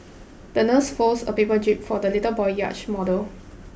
the nurse folded a paper jib for the little boy's yacht model